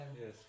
Yes